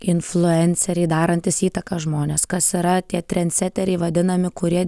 influenceriai darantys įtaką žmonės kas yra tie trendseteriai vadinami kurie